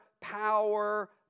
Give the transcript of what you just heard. power